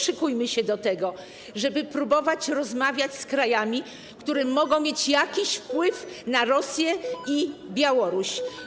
Szykujmy się już do tego, żeby próbować rozmawiać z krajami, które mogą mieć jakiś wpływ na Rosję i Białoruś.